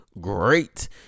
Great